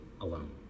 alone